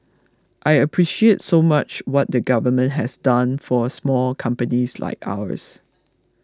I appreciate so much what the government has done for small companies like ours